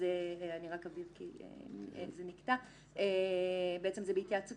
אני רק אבהיר כי זה נקטע זה בהתייעצות